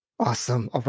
Awesome